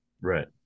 Right